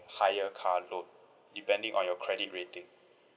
higher car loan depending on your credit rating